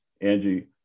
Angie